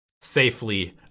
safely